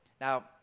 Now